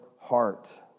heart